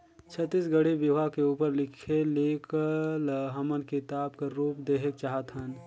छत्तीसगढ़ी बिहाव के उपर लिखे लेख ल हमन किताब कर रूप देहेक चाहत हन